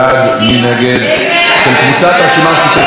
עדיין של קבוצת הרשימה המשותפת.